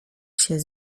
się